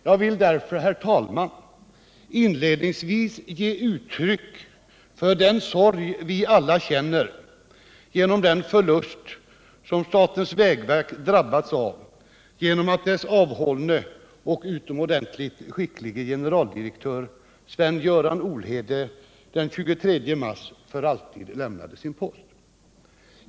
Jag vill därför, herr talman, inledningsvis ge uttryck för den sorg vi alla känner genom den förlust statens vägverk drabbats av genom att dess avhållne och utomordentligt skicklige generaldirektör, Sven-Göran Olhede, den 23 mars för alltid lämnade sin post.